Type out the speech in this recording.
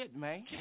man